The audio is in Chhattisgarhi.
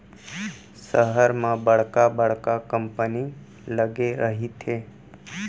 सहर म बड़का बड़का कंपनी लगे रहिथे